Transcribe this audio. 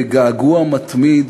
בגעגוע מתמיד